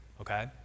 Okay